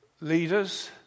leaders